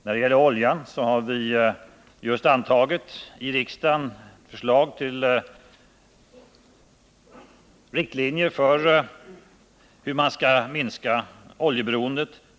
När det gäller oljan har vi i riksdagen just antagit förslag till riktlinjer för hur vi skall minska oljeberoendet.